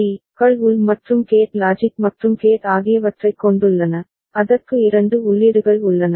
க்கள் உள் மற்றும் கேட் லாஜிக் மற்றும் கேட் ஆகியவற்றைக் கொண்டுள்ளன அதற்கு இரண்டு உள்ளீடுகள் உள்ளன